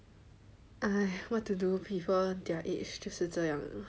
!aiya! what to do people their age 是这样的 mah